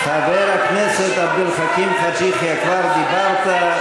חבר הכנסת עבד אל חכים חאג' יחיא, כבר דיברת.